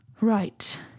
right